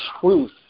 truth